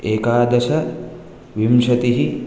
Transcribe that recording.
एकादश विंशतिः